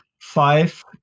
five